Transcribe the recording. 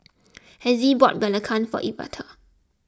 Hezzie bought Belacan for Evette